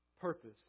purpose